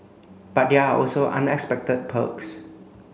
but there are also unexpected perks